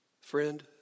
Friend